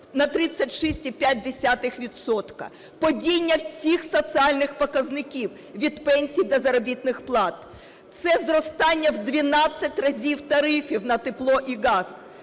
Падіння всіх соціальних показників: від пенсій до заробітних плат. Це зростання в 12 разів тарифів на тепло і газ.